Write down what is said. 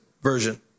version